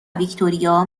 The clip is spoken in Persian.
ویکتوریا